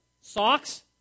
socks